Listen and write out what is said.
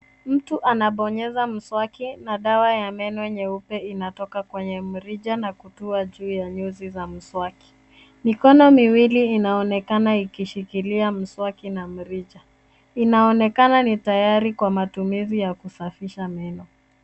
Mtu anabonyeza mswaki na dawa ya meno nyeupe inatoka kwenye mrija na kutua juu ya nyuzi za mswaki. Mikono miwili inaonekana ikishikilia mswaki na mrija. Inaonekana ni tayari kwa matumizi ya kusafisha meno.